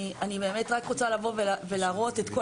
אני באמת רק רוצה לבוא ולהראות את כל